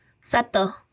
Sato